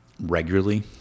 regularly